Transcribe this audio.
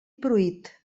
pruit